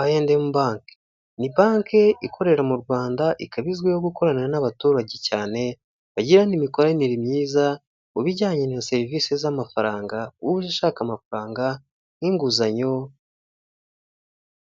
ayemu banki. Ni banki ikorera mu Rwanda ikaba izwiho gukorana n'abaturage cyane bagirana n'imikoranire myiza mu bijyanye na serivisi z'amafaranga wowe uje ushaka amafaranga nk'inguzanyo.